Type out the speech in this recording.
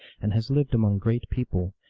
and has lived among great people,